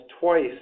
twice